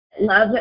love